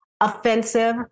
offensive